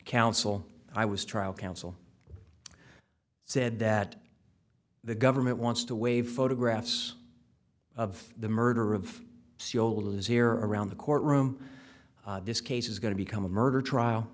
counsel i was trial counsel said that the government wants to waive photographs of the murder of c o liz here around the courtroom this case is going to become a murder trial